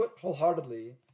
wholeheartedly